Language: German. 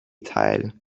teil